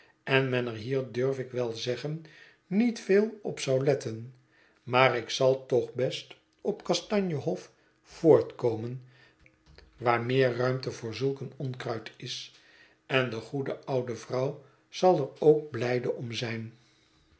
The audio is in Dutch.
en men er hier durf ik wel zeggen niet veel op zou letten maar ik zal toch best op kastanje hof voortkomen waar meer ruimte voor zulk een onkruid is en de goede oude vrouw zal er ook blijde om zijn